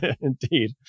Indeed